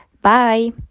Bye